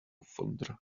fonder